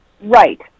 Right